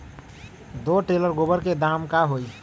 दो टेलर गोबर के दाम का होई?